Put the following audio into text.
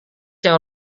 yang